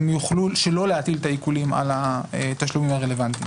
יוכלו לא להטיל את העיקולים על התשלומים הרלוונטיים.